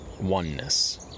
oneness